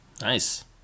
Nice